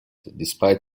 despite